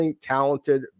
talented